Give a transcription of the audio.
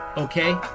Okay